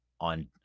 on